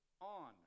on